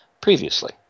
previously